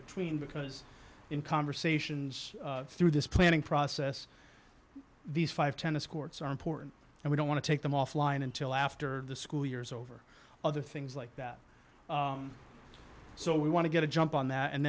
between because in conversations through this planning process these five tennis courts are important and we don't want to take them offline until after the school years over other things like that so we want to get a jump on that and